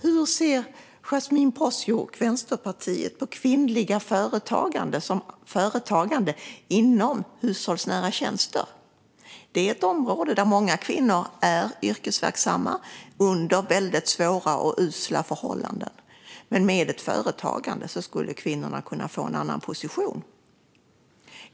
Hur ser Yasmine Posio och Vänsterpartiet på kvinnligt företagande inom hushållsnära tjänster? Det är ett område där många kvinnor är yrkesverksamma under svåra och usla förhållanden, men med ett företagande skulle kvinnorna kunna få en annan position.